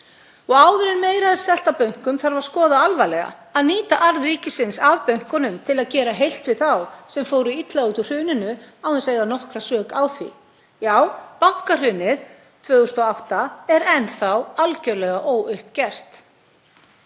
Og áður en meira er selt af bönkum þarf að skoða það alvarlega að nýta arð ríkisins af bönkunum til að gera heilt við þá sem fóru illa út úr hruninu án þess að eiga nokkra sök á því. Já, bankahrunið 2008 er enn þá algjörlega óuppgert.